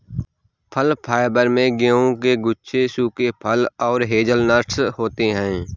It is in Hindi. फल फाइबर में गेहूं के गुच्छे सूखे फल और हेज़लनट्स होते हैं